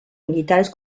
militares